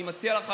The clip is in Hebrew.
אני מציע לך,